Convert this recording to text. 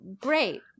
great